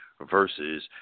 versus